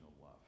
love